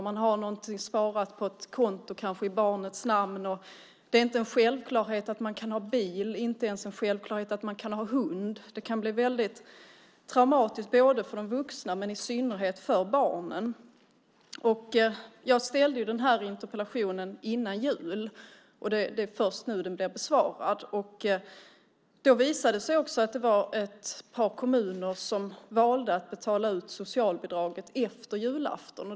Man kanske har någonting sparat på ett konto, kanske i barnets namn. Det är inte en självklarhet att man kan ha bil. Det är inte ens en självklarhet att man kan ha hund. Det kan bli väldigt traumatiskt både för de vuxna och, i synnerhet, för barnen. Jag ställde den här interpellationen före jul. Det är först nu den blir besvarad. Det visade sig också att det var ett par kommuner som valde att betala ut socialbidraget efter julafton.